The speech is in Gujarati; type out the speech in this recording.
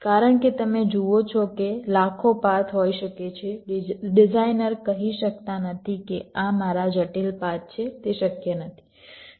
કારણ કે તમે જુઓ છો કે લાખો પાથ હોઈ શકે છે ડિઝાઇનર કહી શકતા નથી કે આ મારા જટિલ પાથ છે તે શક્ય નથી